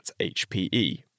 HPE